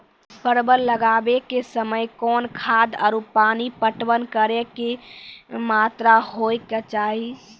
परवल लगाबै के समय कौन खाद आरु पानी पटवन करै के कि मात्रा होय केचाही?